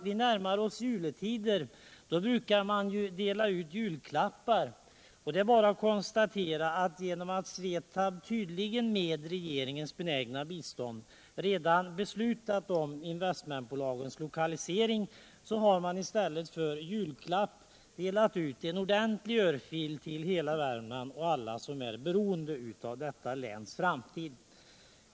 Vi närmar oss juletider, och då brukar man dela ut julklappar. Det är bara att konstatera att genom att SVETAB, tydligen med regeringens benägna bistånd, redan beslutat om investmentbolagens 1okalisering så har man i stället för julklapp delat ut en ordentlig örfil till hela Värmland och alla som är beroende av detta läns framtid.